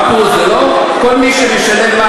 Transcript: מה פירוש, כל מי שמשלם,